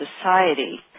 society